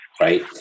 right